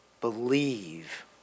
believe